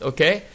Okay